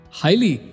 highly